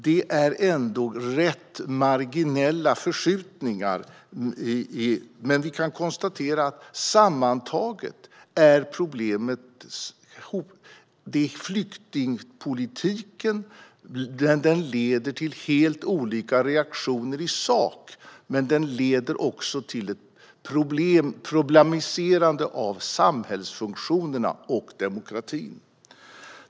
Det är ändå rätt marginella förskjutningar, men vi kan konstatera att flyktingpolitiken sammantaget leder till helt olika reaktioner i sak men också till ett problematiserande av samhällsfunktionerna och demokratin.